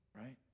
right